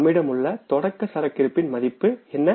நம்மிடம் உள்ள தொடக்க சரக்கிருப்பின் மதிப்பு என்ன